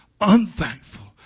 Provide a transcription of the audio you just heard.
unthankful